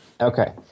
Okay